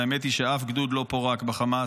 והאמת היא שאף גדוד לא פורק בחמאס.